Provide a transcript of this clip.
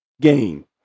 gain